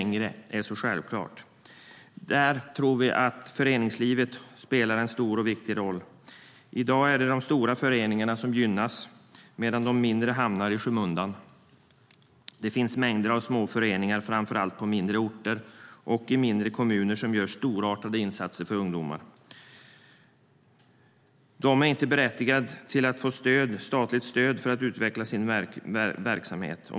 Där tror vi att föreningslivet spelar en stor och viktig roll. I dag är det de stora föreningarna som gynnas, medan de mindre hamnar i skymundan. Det finns mängder av små föreningar, framför allt på mindre orter och i mindre kommuner, som gör storartade insatser för ungdomar.